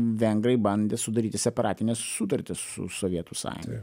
vengrai bandė sudaryti separatines sutartis su sovietų sąjunga